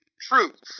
truth